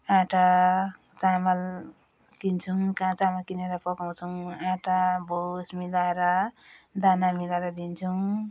आँटा चामल किन्छौँ कहाँ चामल किनेर पकाउँछौँ आँटा भुस मिलाएर दाना मिलाएर दिन्छौँ